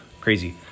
crazy